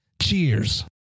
Cheers